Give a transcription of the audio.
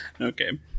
okay